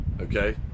Okay